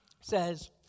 says